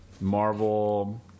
Marvel